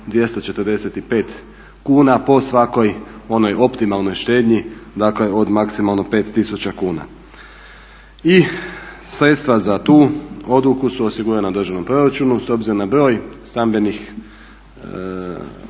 245 kuna po svakoj onoj optimalnoj štednji dakle od maksimalno 5 tisuća kuna. I sredstva za tu odluku su osigurana u državnom proračunu. S obzirom na broj stambenih